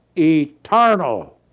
eternal